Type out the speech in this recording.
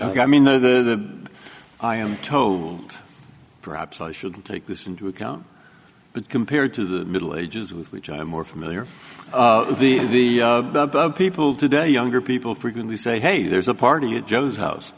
i mean the i am tone perhaps i shouldn't take this into account but compared to the middle ages with which i'm more familiar with the people today younger people frequently say hey there's a party at joe's house